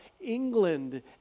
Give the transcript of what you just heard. England